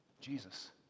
Jesus